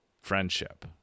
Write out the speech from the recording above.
friendship